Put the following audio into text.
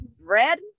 red